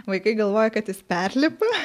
vaikai galvoja kad jis perlipa